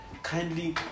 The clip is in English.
kindly